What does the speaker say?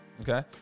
Okay